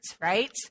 right